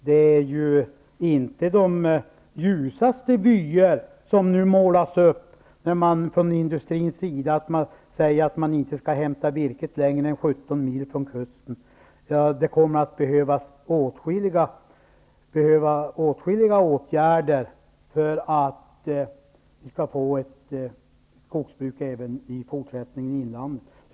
Det är inte de ljusaste vyer som nu målas upp, när man från industrins sida säger att man inte skall hämta virket längre än 17 mil från kusten. Det kommer att behövas åtskilliga åtgärder för att vi skall få ett skogsbruk även i fortsättningen i inlandet.